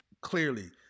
clearly